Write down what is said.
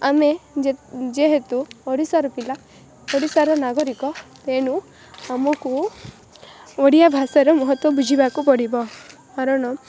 ଆମେ ଯେହେତୁ ଓଡ଼ିଶାର ପିଲା ଓଡ଼ିଶାର ନାଗରିକ ତେଣୁ ଆମକୁ ଓଡ଼ିଆ ଭାଷାର ମହତ୍ତ୍ୱ ବୁଝିବାକୁ ପଡ଼ିବ କାରଣ